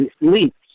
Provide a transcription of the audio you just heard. leaks